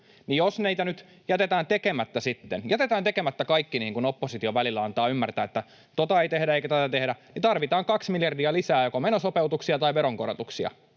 jos jätetään tekemättä kaikki, niin kuin oppositio välillä antaa ymmärtää, että tuota ei tehdä eikä tuota tehdä — niin tarvitaan kaksi miljardia lisää joko menosopeutuksia tai veronkorotuksia